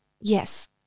Yes